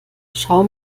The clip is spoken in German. schau